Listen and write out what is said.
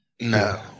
No